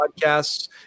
podcasts